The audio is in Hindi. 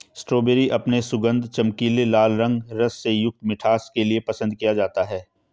स्ट्रॉबेरी अपने सुगंध, चमकीले लाल रंग, रस से युक्त मिठास के लिए पसंद किया जाता है